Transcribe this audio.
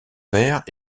père